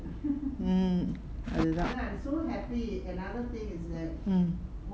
mm அதா:atha mm